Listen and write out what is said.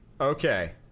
Okay